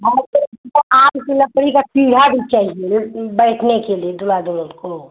आम के का आम की लकड़ी का पीढ़ा भी चाहिए बैठने के लिए दूल्हा दुल्हन को